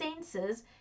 senses